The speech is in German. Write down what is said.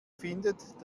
findet